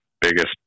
biggest